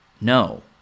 no